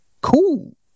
Cool